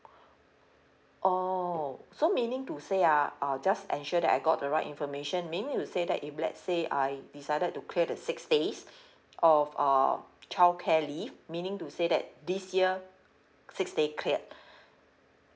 oh so meaning to say ah uh just ensure that I got the right information meaning to say that if let's say I decided to clear the six days of uh childcare leave meaning to say that this year six day cleared